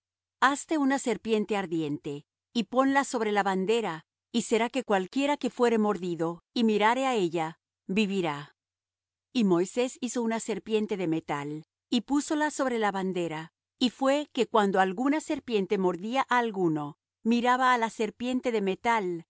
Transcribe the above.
hazte una serpiente ardiente y ponla sobre la bandera y será que cualquiera que fuere mordido y mirare á ella vivirá y moisés hizo una serpiente de metal y púsola sobre la bandera y fué que cuando alguna serpiente mordía á alguno miraba á la serpiente de metal